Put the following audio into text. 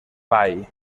ball